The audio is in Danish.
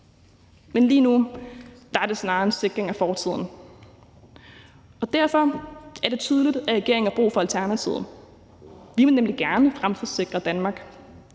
men lige nu er det snarere en sikring af fortiden, og derfor er det tydeligt, at regeringen har brug for Alternativet. Vi vil nemlig gerne fremtidssikre Danmark,